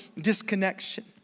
disconnection